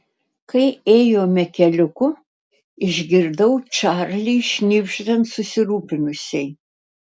kai ėjome keliuku išgirdau čarlį šnibždant susirūpinusiai